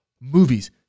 Movies